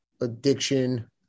addiction